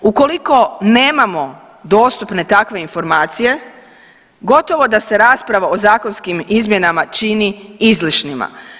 Ukoliko nemamo dostupne takve informacije gotovo da se rasprava o zakonskim izmjenama čini izlišnima.